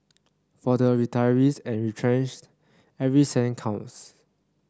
for the retirees and retrenched every cent counts